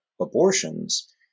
abortions